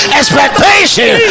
expectation